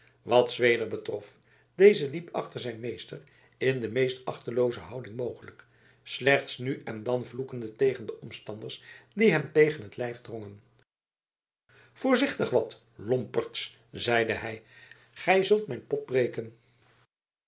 wat zweder betrof deze liep achter zijn meester in de meest achtelooze houding mogelijk slechts nu en dan vloekende tegen de omstanders die hem tegen t lijf drongen voorzichtig wat lomperds zeide hij gij zult mijn pot breken